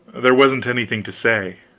there wasn't anything to say.